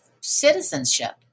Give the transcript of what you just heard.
citizenship